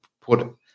put